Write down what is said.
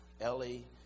Ellie